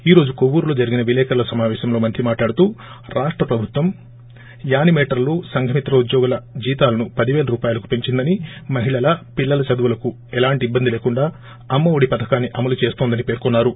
ఈ రోజు కొవ్వూరులో జరిగిన విలేకరుల సమావ్శంలో మంత్రి మాట్లాడుతూ రాష్ట ప్రభుత్వం యానిమేటర్లు సంఘమిత్ర ఉద్యోగుల జీతాలు పదిపేల రూపాయలకు పెంచిందని మహిళల పిల్లల చదువులకు ఎలాంటి ఇబ్బంది లేకుండా అమ్మఒడి పథకాన్ని అమలు చేస్తుందని మంత్రి పేర్కొన్నారు